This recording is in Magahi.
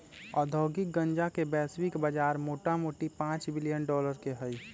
औद्योगिक गन्जा के वैश्विक बजार मोटामोटी पांच बिलियन डॉलर के हइ